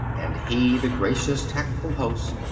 and he, the gracious, tactful host,